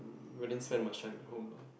wouldn't spend more time at home lah